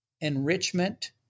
enrichment